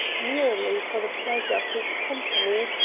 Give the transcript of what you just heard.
merely for the pleasure of his company,